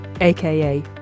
AKA